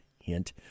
hint